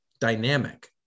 dynamic